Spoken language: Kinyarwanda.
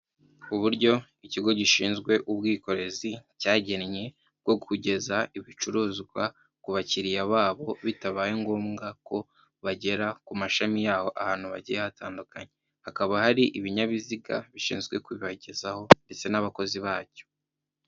Uburyo ikigo gishinzwe ubwikorezi cyagennye bwo kugeza ibicuruzwa ku bakiriya babo bitabaye ngombwa ko bagera ku mashami yaho, ahantu bagiye hatandukanye hakaba hari ibinyabiziga bishinzwe kubibagezaho ndetse n'abakozi bacyo.